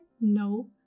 no